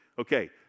Okay